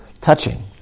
touching